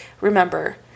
Remember